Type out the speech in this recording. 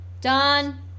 done